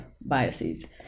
biases